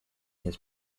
his